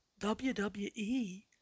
WWE